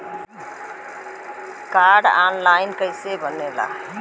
Card online कइसे बनेला?